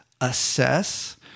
assess